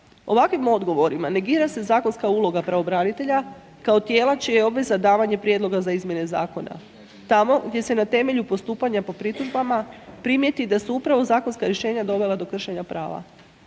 Ovakvim odgovorima negira se zakonska uloga pravobranitelja kao tijela čija je obveza davanje prijedloga za izmjene zakona tamo gdje se na temelju postupanja po pritužbama primijeti da su upravo zakonska rješenja dovela do kršenja prava.